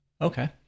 Okay